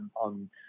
on